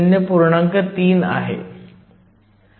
3 आहे